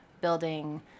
building